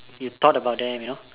you thought about them you know